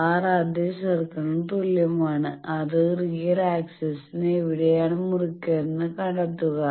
R അതേ സർക്കിളിന് തുല്യമാണ് അത് റിയൽ ആക്സിസ് എവിടെയാണ് മുറിക്കുന്നതെന്ന് കണ്ടെത്തുക